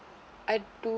I do~